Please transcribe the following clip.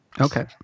Okay